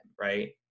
right